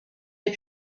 est